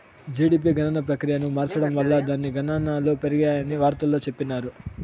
GDP గణన ప్రక్రియను మార్సడం వల్ల దాని గనాంకాలు పెరిగాయని వార్తల్లో చెప్పిన్నారు